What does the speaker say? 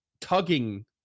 tugging